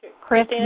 Chris